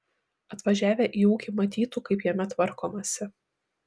atvažiavę į ūkį matytų kaip jame tvarkomasi